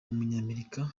w’umunyamerika